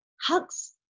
hugs